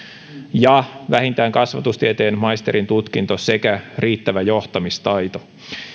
ja vähintään kasvatustieteiden maisterin tutkinto sekä riittävä johtamistaito